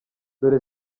dore